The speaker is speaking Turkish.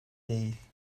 değil